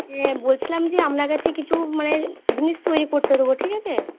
হ্যাঁ বলছিলাম যে আপনার কাছে কিছু মানে জিনিস তৈরি করতে দেবো ঠিক আছে